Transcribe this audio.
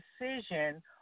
decision